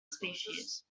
species